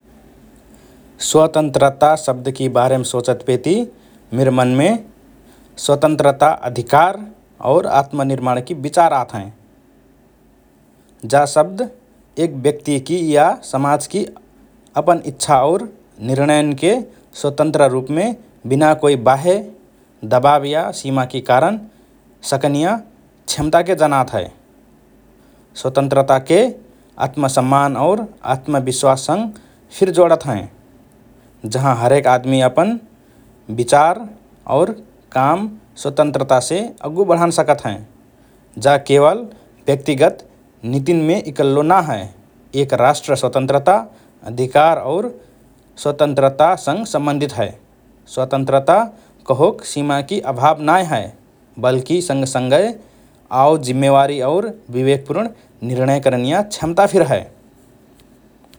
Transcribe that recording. “स्वतन्त्रता” शब्दकि बारेम सोचतपेति मिर मनमे स्वतन्त्रता, अधिकार और आत्मनिर्माणकि विचार आत हएँ । जा शब्द एक व्यक्तिकि या समाजकि अपन इच्छा और निर्णयन्के स्वतन्त्र रुपमे बिना कोइ बाह्य दबाब या सिमाकि करन सकनिया क्षमताके जनात हए । स्वतन्त्रताके आत्मसम्मान और आत्मविश्वाससँग फिर जोडत हएँ, जहाँ हरेक आदमि अपन विचार और काम स्वतन्त्रतासे अग्गु बढान सकत हएँ । जा केवल व्यक्तिगत नीतिन्मे इकल्लो ना हए, एक राष्ट्र स्वतन्त्रता, अधिकार और स्वतन्त्रता सँग सम्बन्धित हए । “स्वतन्त्रता” कहोक सिमाकि अभाव नाए हए, वल्कि सँगसँगए आओ जिम्मेवारी और विवेकपूर्ण निर्णय करनिया क्षमता फिर हए ।